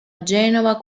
genova